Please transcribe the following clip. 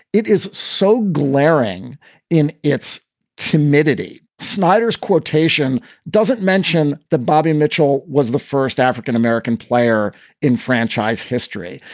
it is so glaring in its timidity. snyder's quotation doesn't mention the bobby mitchell was the first african-american player in franchise history.